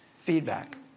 feedback